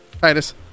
Titus